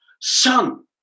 son